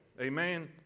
Amen